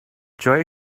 joy